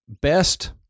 best